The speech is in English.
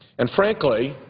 and frankly,